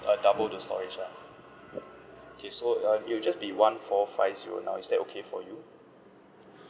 uh double the storage lah okay so um it'll just be one four five zero now is that okay for you